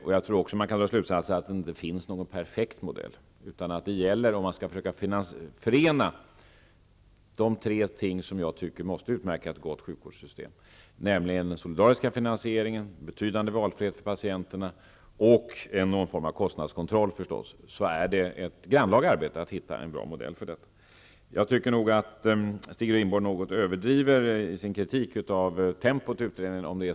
Man kan nog också dra slutsatsen att det inte finns någon perfekt modell, utan att det är ett grannlaga arbete att hitta en bra modell om man skall försöka förena de tre ting som måste utmärka ett gott sjukvårdssystem, nämligen solidarisk finansiering, betydande valfrihet för patienten och någon form av kostnadskontroll. När det gäller att klara en så här stor uppgift inom tidsramen två år tycker jag nog att Stig Rindborg överdriver något i sin kritik av tempot på utredningen.